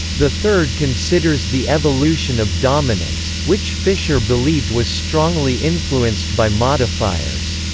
the third considers the evolution of dominance, which fisher believed was strongly influenced by modifiers.